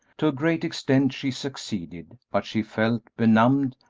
to a great extent she succeeded, but she felt benumbed,